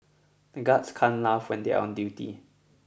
the guards can't laugh when they are on duty